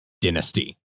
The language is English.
dynasty